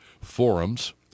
forums